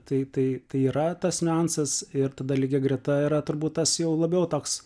tai tai yra tas niuansas ir tada lygia greta yra turbūt tas juo labiau toks